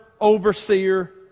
overseer